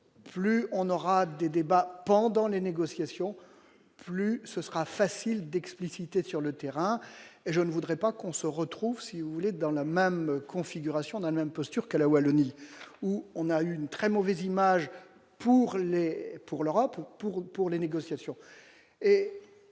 plus on aura des débats pendant les négociations, plus ce sera facile d'expliciter sur le terrain et je ne voudrais pas qu'on se retrouve, si vous voulez dans la même configuration dans la même posture que la Wallonie, où on a eu une très mauvaise image pour lait pour l'Europe pour pour les négociations